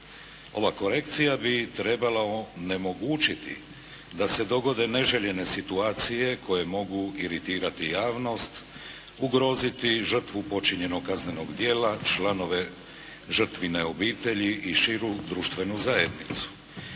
Ova korekcija bi trebala onemogućiti da se dogode neželjene situacije koje mogu iritirati javnost, ugroziti žrtvu počinjenog kaznenog djela, članove žrtvine obitelji i širu društvenu zajednicu,